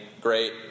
great